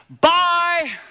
Bye